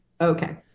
okay